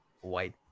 white